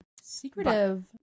secretive